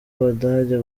abadage